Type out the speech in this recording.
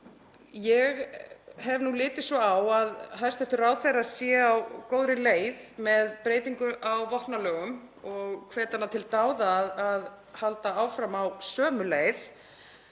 Ég hef litið svo á að hæstv. ráðherra sé á góðri leið með breytingu á vopnalögum og hvet hana til dáða og að halda áfram á sömu leið.